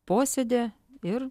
posėdį ir